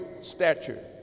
stature